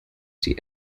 die